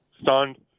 stunned